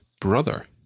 brother